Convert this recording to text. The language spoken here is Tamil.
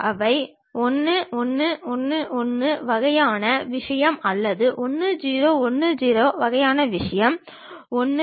அவை 1 1 1 1 வகையான விஷயம் அல்லது 1 0 1 0 வகையான விஷயங்கள் 1 0